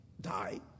Die